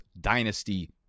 Dynasty